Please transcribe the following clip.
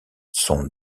son